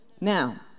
Now